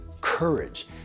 Courage